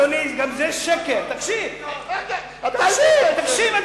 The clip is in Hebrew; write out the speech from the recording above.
אדוני, תקשיב רגע, תקשיב.